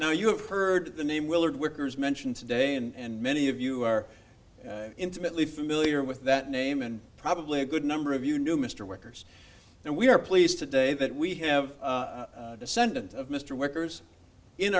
l you have heard the name willard workers mentioned today and many of you are intimately familiar with that name and probably a good number of you knew mr workers and we are pleased today that we have a descendant of mr workers in